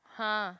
!huh!